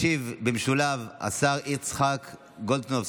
ישיב במשולב לכולם השר יצחק גולדקנופ,